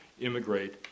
immigrate